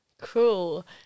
Cool